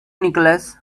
nicholas